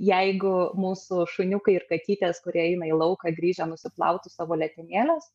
jeigu mūsų šuniukai ir katytės kurie eina į lauką grįžę nusiplautų savo letenėles